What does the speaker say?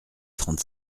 trente